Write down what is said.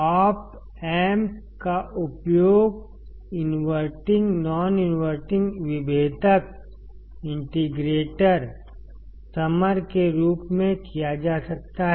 op amp का उपयोग inverting non inverting विभेदक इंटीग्रेटर समर के रूप में किया जा सकता है